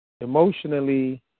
emotionally